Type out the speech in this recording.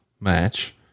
match